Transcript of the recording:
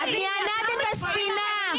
את נענעת את הספינה.